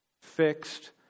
fixed